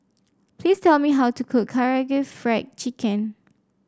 please tell me how to cook Karaage Fried Chicken